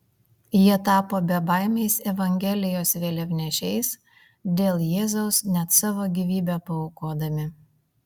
jie tapo bebaimiais evangelijos vėliavnešiais dėl jėzaus net savo gyvybę paaukodami